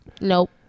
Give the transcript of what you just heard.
nope